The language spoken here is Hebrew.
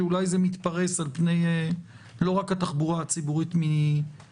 שאולי זה מתפרס לא רק על פני התחבורה הציבורית מנתב"ג.